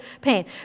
pain